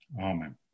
Amen